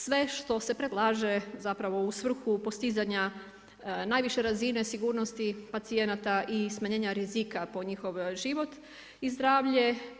Sve što se prelaže u svrhu postizanja najviše razine sigurnosti pacijenata i smanjenja rizika po njihov život i zdravlje.